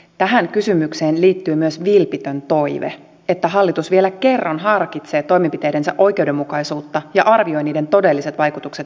tähän kysymykseen liittyy myös vilpitön toive että hallitus vielä kerran harkitsee toimenpiteidensä oikeudenmukaisuutta ja arvioi niiden todelliset vaikutukset eläkkeensaajiin